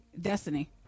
Destiny